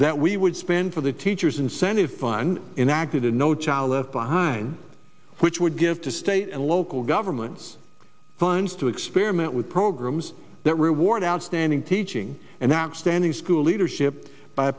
that we would spend for the teachers incentive fun in acted in no child left behind which would give to state and local governments funds to experiment with programs that reward outstanding teaching and app standing school leadership by